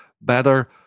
better